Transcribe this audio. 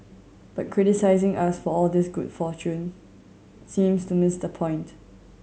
but criticising us for all this good fortune seems to miss the point